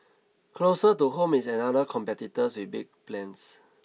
closer to home is another competitor with big plans